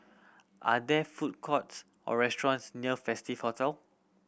are there food courts or restaurants near Festive Hotel